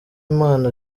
impano